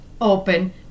open